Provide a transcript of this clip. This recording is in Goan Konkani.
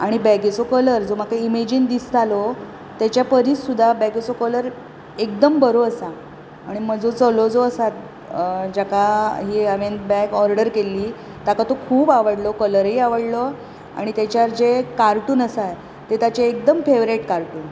आनी बॅगेचो कलर जो म्हाका इमेजिन दिसतालो ताचे परी सुदां बॅगेचो कलर एकदम बरो आसा आनी म्हजो चलो जो आसा जाका ही हांवें बॅग ओर्डर केल्ली ताका तो खूब आवडलो तो कलरय आवडलो आनी ताचेर जे कार्टून आसा ते ताचे एकदम फेवरेट कार्टून